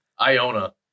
iona